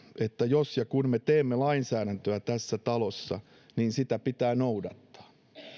että jos ja kun me teemme lainsäädäntöä tässä talossa niin sitä pitää noudattaa